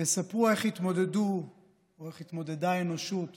יספרו איך התמודדו ואיך התמודדה האנושות